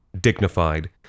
dignified